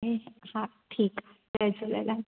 ऐं हा ठीकु आहे जय झूलेलाल